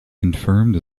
confirmed